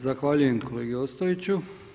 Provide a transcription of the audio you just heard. Zahvaljujem kolegi Ostojiću.